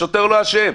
השוטר לא אשם.